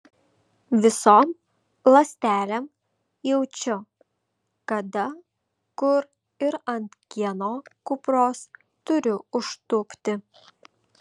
visom ląstelėm jaučiu kada kur ir ant kieno kupros turiu užtūpti